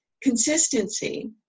consistency